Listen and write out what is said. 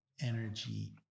energy